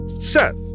Seth